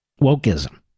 Wokeism